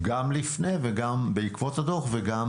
גם לפני הדו"ח וגם